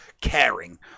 caring